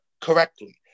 Correctly